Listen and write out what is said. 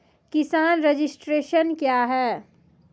किसान रजिस्ट्रेशन क्या हैं?